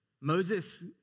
Moses